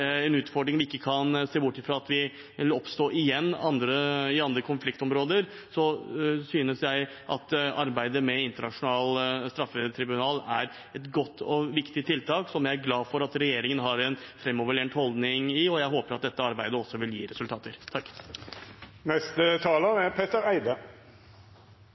en utfordring vi ikke kan se bort fra vil oppstå igjen i andre konfliktområder, synes jeg arbeidet med et internasjonalt straffetribunal er et godt og viktig tiltak, som jeg er glad for at regjeringen har en framoverlent holdning til, og jeg håper dette arbeidet også vil gi resultater.